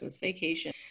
vacation